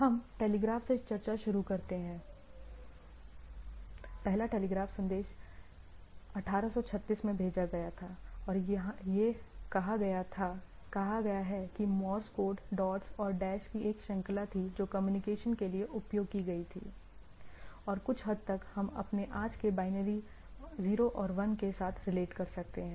हम टेलीग्राफ से शुरू करते हैं पहला टेलीग्राफ संदेश 1836 में भेजा गया था और यह कहा गया है कि मोर्स कोड डॉट्स और डैश की एक श्रृंखला थी जो कम्युनिकेशन के लिए उपयोग की गई थी और कुछ हद तक हम अपने आज के बाइनरी 0 और 1 के साथ रिलेट कर सकते हैं